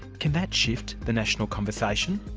can that shift the national conversation?